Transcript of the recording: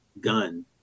gun